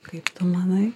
kaip tu manai